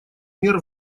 мер